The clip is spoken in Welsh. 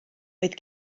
oedd